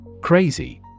Crazy